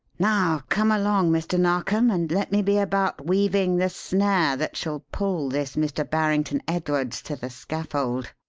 now come along, mr. narkom, and let me be about weaving the snare that shall pull this mr. barrington-edwards to the scaffold.